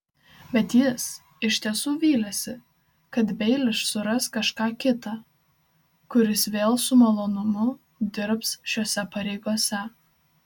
bet jis iš tiesų vylėsi kad beilis suras kažką kitą kuris vėl su malonumu dirbs šiose pareigose